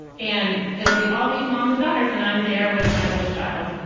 and it'll be all these moms and daughters. and i'm there with my oldest child,